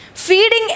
feeding